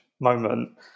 moment